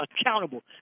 accountable